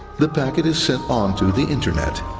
the packet is sent on to the internet.